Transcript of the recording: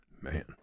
man